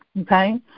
okay